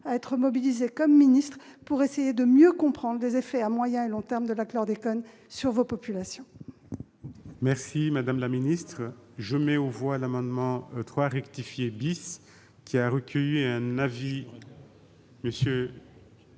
l'être en ma qualité de ministre pour essayer de mieux comprendre les effets à moyen et long termes du chlordécone sur vos populations.